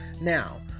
now